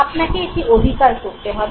আপনাকে এটি অধিকার করতে হবে